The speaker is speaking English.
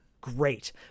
Great